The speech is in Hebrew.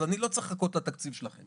אז אני לא צריך לחכות לתקציב שלכם.